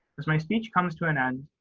as my speech comes to an end,